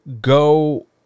go